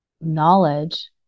knowledge